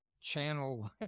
channel